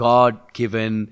God-given